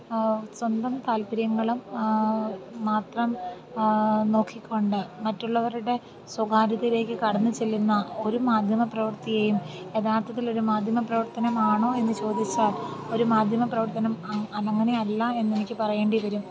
സ്വന്തം താല്പര്യങ്ങളും മാത്രം നോക്കിക്കൊണ്ട് മറ്റുള്ളവരുടെ സ്വകാര്യതയിലേക്ക് കടന്ന് ചെല്ലുന്ന ഒരു മാധ്യമ പ്രവൃത്തിയെയും യഥാർത്ഥത്തിലൊരു മാധ്യമ പ്രവർത്തനമാണോ എന്ന് ചോദിച്ചാൽ ഒരു മാധ്യമ പ്രവർത്തനം അതങ്ങനെ അല്ല എന്നെനിക്ക് പറയേണ്ടി വരും